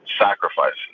sacrifices